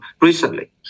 recently